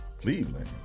Cleveland